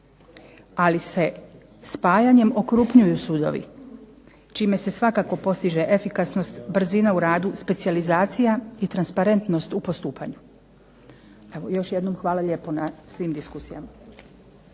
ali se spajanjem okrupnjuju sudovi čime se svakako postiže efikasnost, brzina u radu, specijalizacija i transparentnost u postupanju. Evo još jednom hvala lijepo na svim diskusijama.